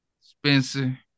Spencer